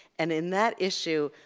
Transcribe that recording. and in that issue,